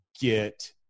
get